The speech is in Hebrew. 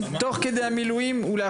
תוך כדי ולאחריהם.